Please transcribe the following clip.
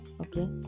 okay